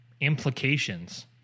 implications